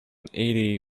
eighty